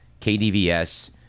KDVS